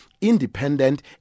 independent